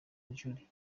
julie